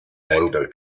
anglo